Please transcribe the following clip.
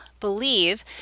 believe